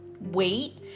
wait